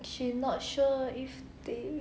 she not sure if they